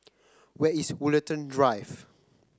where is Woollerton Drive